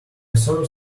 serve